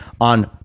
on